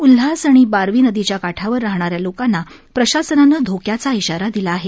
उल्हास आणि बारवी नदीच्या काठावर राहणा या लोकांना प्रशासनानं धोक्याचा इशारा दिला आहे